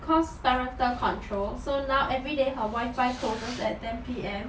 cause parental control so now everyday her wifi closes at ten P_M